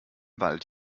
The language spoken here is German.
wald